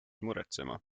muretsema